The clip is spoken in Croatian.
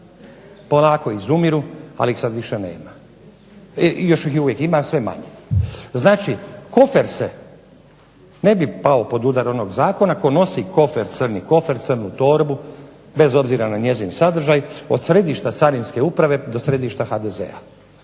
polako izumiru i sada ih više nema. Još ih uvijek ima sve manje. Znači kofer ne bi pao pod udara onog zakona, tko nosi crni kofer, crnu torbu bez obzira na njezin sadržaj od središta carinske uprave do središta HDZ-a,